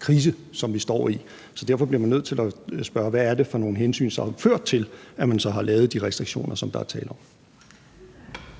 krise, som vi står i. Så derfor bliver man nødt til at spørge, hvad det er for nogle hensyn, som har ført til, at man har lavet de restriktioner, der er tale om.